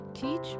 teach